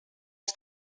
els